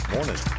Morning